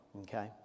okay